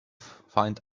find